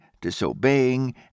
disobeying